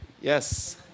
Yes